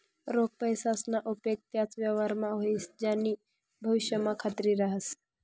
रोख पैसासना उपेग त्याच व्यवहारमा व्हस ज्यानी भविष्यमा खात्री रहास